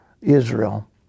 Israel